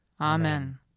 Amen